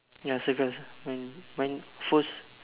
ya circle mine mine first